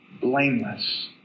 blameless